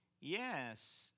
yes